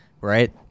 Right